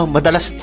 Madalas